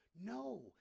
No